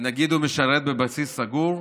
ונגיד שהוא משרת בבסיס סגור,